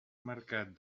mercat